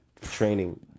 training